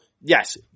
yes